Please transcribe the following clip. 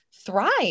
thrive